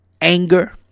anger